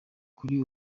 kuri